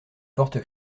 forte